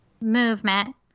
movement